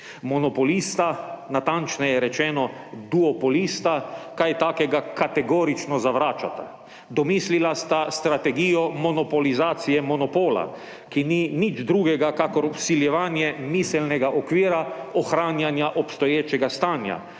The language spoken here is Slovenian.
Monopolista, natančneje rečeno duopolista, kaj takega kategorično zavračata. Domislila sta strategijo monopolizacije monopola, ki ni nič drugega kakor vsiljevanje miselnega okvira ohranjanja obstoječega stanja,